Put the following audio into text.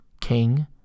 King